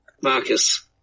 Marcus